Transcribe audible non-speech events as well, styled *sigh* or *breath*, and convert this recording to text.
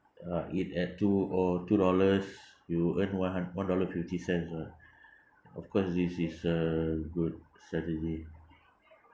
uh it at two oh two dollars you earn one hund~ one dollar fifty cents lah *breath* of course this is a good strategy